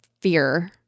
fear